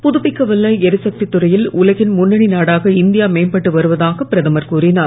புதுப்பிக்கவல்ல எரிசக்தி துறையில் உலகின் முன்னணி நாடாக இந்தியா மேம்பட்டு வருவதாக பிரதமர் கூறினார்